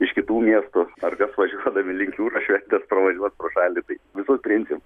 iš kitų miestų ar kas važiuodami link jūros šventės pravažiuos pro šalį tai visus priimsim